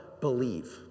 believe